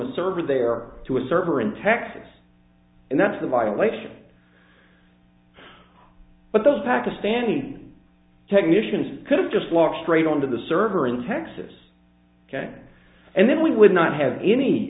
a server there to a server in texas and that's a violation but those pakistani technicians could just walk straight on to the server in texas and then we would not have any